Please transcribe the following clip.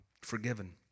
forgiven